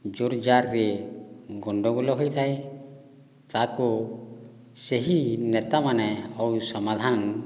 ଜୋର୍ଜାର୍ରେ ଗଣ୍ଡଗୋଳ ହୋଇଥାଏ ତାକୁ ସେହି ନେତାମାନେ ଆଉ ସମାଧାନ